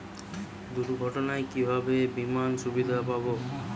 দুর্ঘটনায় কিভাবে বিমার সুবিধা পাব?